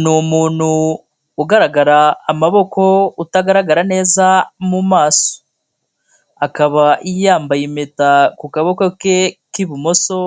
Ni umuntu ugaragara amaboko, utagaragara neza mu maso. Akaba yambaye impeta ku kaboko ke k'ibumoso,